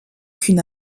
qu’une